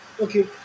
Okay